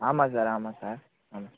ஆமாம் சார் ஆமாம் சார் ஆமாம்